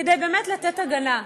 כדי באמת לתת הגנה.